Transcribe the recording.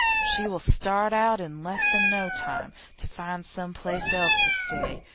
she will start out in less than no time to find some place else to stay,